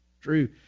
true